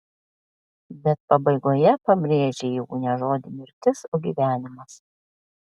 bet pabaigoje pabrėžei jau ne žodį mirtis o gyvenimas